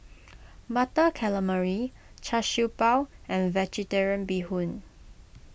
Butter Calamari Char Siew Bao and Vegetarian Bee Hoon